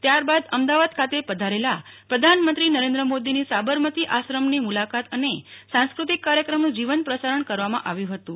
ત્યાર બાદ અમદાવાદ ખાતે પધારેલા પ્રધાનમંત્રી નરેન્દ્ર મોદીની સાબરમતી આશ્રમની મુલાકાત અને સાંસ્કૃતિક કાર્યક્રમનું જીવંત પ્રસારણ કરવામાં આવ્યું હતું